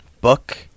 book